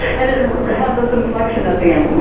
and it has this inflection at the end,